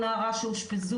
או נערה שאושפזו,